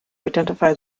identify